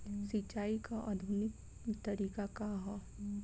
सिंचाई क आधुनिक तरीका का ह?